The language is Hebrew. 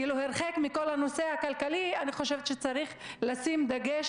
הרחק מכל הנושא הכלכלי צריך לשים דגש